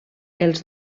els